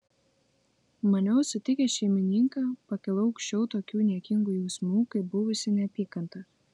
maniau sutikęs šeimininką pakilau aukščiau tokių niekingų jausmų kaip buvusi neapykanta